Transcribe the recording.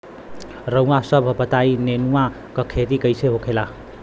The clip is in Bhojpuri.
रउआ सभ बताई नेनुआ क खेती कईसे होखेला?